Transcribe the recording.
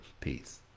Peace